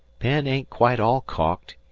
penn ain't quite all caulked.